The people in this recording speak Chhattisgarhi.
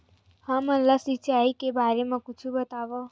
हमन ला सिंचाई के बारे मा कुछु बतावव?